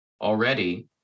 already